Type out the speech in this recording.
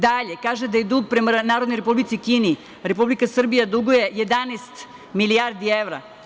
Dalje, kaže da Narodnoj Republici Kini Republika Srbija duguje 11 milijardi evra.